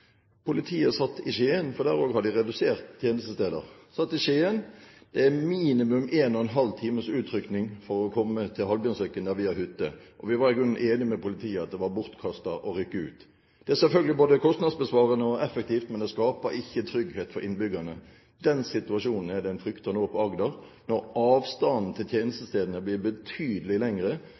satt i Skien, for der også har de redusert tjenestesteder. Det er minimum en og en halv times utrykning for å komme til Hallbjønnsekken, der vi har hytte. Vi var i grunnen enig med politiet i at det var bortkastet å rykke ut. Det er selvfølgelig både kostnadsbesparende og effektivt, men det skaper ikke trygghet for innbyggerne. Den situasjonen er det en nå frykter i Agder, når avstanden til tjenestestedene blir betydelig lengre,